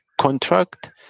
contract